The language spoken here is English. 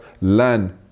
learn